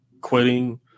quitting